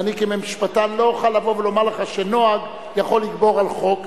ואני כמשפטן לא אוכל לבוא ולומר לך שנוהג יכול לגבור על חוק,